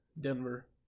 Denver